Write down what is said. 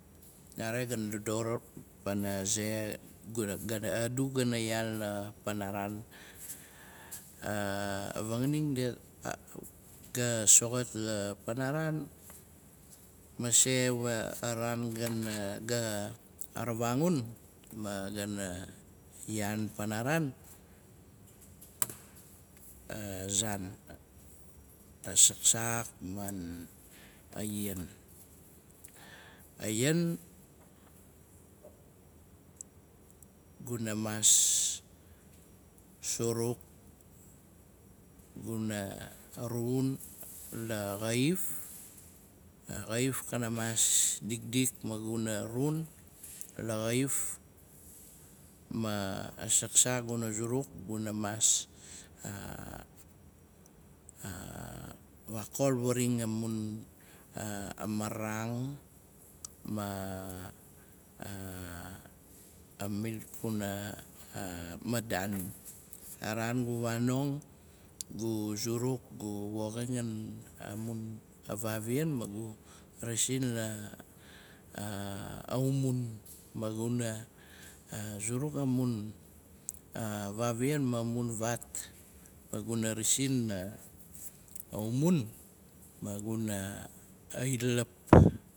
Nare gana dodor wana ze adu gana yaan la panaraan. A vanganing ga soxot la panaraan mase wa araan gana ga ravangun, magana yaan panaraan, a zaan. A zaksak man a yan. A yan guna mas, suruk guna run la axaif, a xaiaf, kana mas dikdik, ma guna run, la xaif, ma zaksak gu zuruk guna mas a- a- a waakol faraxain amun marang, ma- a- a milk kuna ma daanim. A raan gu vanong, gu zuruk woxinan amun vaavian. magu rasin la- a- agu umun. Maguna zuruk amun a vaavian ma mun vat, maguna rasin la umun, magu ilap.